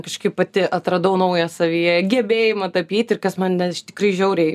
kažkaip pati atradau naują savyje gebėjimą tapyt ir kas man tikrai žiauriai